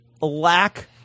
lack